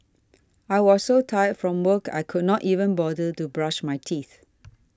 I was so tired from work I could not even bother to brush my teeth